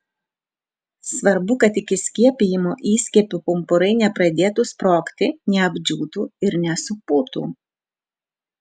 svarbu kad iki skiepijimo įskiepių pumpurai nepradėtų sprogti neapdžiūtų ir nesupūtų